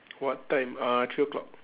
what time uh three o'clock